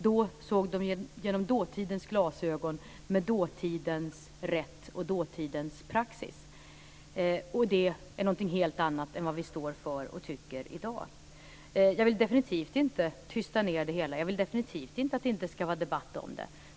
Då såg man det genom dåtidens glasögon, med dåtidens rätt och dåtidens praxis. Det är någonting helt annat än det som vi i dag står för och tycker. Jag vill definitivt inte tysta ned det hela, och jag vill definitivt inte att det inte ska vara debatt om det.